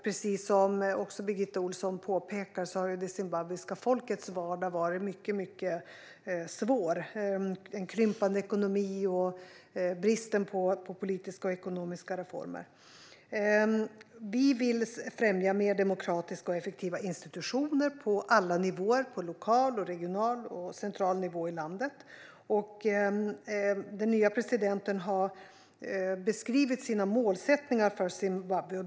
Precis som också Birgitta Ohlsson påpekar har det zimbabwiska folkets vardag varit mycket svår med en krympande ekonomi och bristen på politiska och ekonomiska reformer. Vi vill främja mer demokratiska och effektiva institutioner på alla nivåer, på lokal, regional och central nivå i landet. Den nye presidenten har beskrivit sina mål för Zimbabwe.